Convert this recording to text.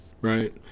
right